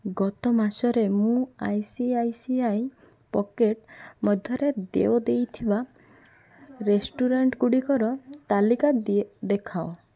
ଗତ ମାସରେ ମୁଁ I C I C I packet ମାଧ୍ୟମରେ ଦେୟ ଦେଇଥିବା ରେଷ୍ଟୁରାଣ୍ଟ୍ଗୁଡ଼ିକର ତାଲିକା ଦେଖାଅ